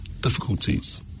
difficulties